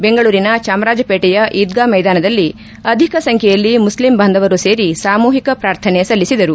ಬೆಂಗಳೂರಿನ ಚಾಮರಾಜಪೇಟೆಯ ಈದ್ಗಾ ಮೈದಾನದಲ್ಲಿ ಅಧಿಕ ಸಂಖ್ಯೆಯಲ್ಲಿ ಮುಸ್ಲಿಂ ಬಾಂಧವರು ಸೇರಿ ಸಾಮೂಹಿಕ ಪ್ರಾರ್ಥನೆ ಸಲ್ಲಿಸಿದರು